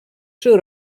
czy